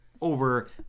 over